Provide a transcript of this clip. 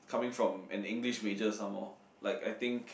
coming from an English major some more like I think